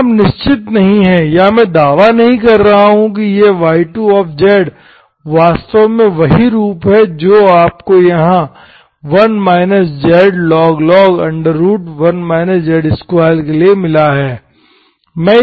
लेकिन आप निश्चित नहीं हैं या मैं यह दावा नहीं कर रहा हूं कि यह y2 वास्तव में वही रूप है जो आपको यहां 1 zlog 1 z2 के लिए मिला है